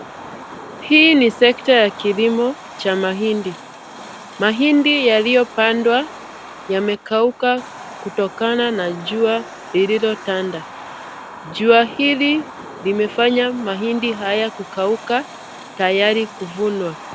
Hii ni sekta ya kilimo cha mahindi. Mahindi yaliyopandwa yamekauka kutokana na jua lilitotanda. Jua hili limefanya mahindi haya kukauka, tayari kuvunwa.